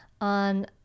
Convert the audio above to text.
on